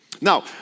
Now